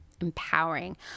empowering